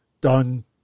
done